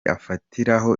afatiraho